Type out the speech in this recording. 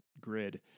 grid